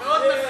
מאוד מבריק.